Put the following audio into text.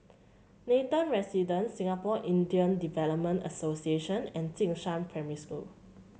Nathan Residences Singapore Indian Development Association and Jing Shan Primary School